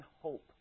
hope